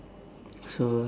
so